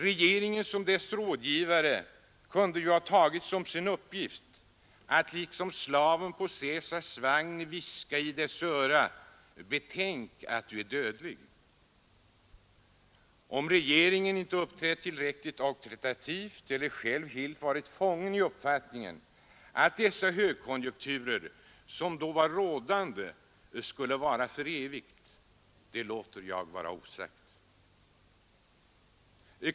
Regeringen som dess rådgivare kunde ha tagit som sin uppgift att liksom slaven på Caesars vagn viska i dess öra: ”Kom ihåg att du är dödlig.” Om regeringen inte uppträtt tillräckligt auktoritativt eller själv helt varit fånge i uppfattningen att dessa högkonjunkturer som då var rådande skulle vara för evigt, låter jag vara osagt.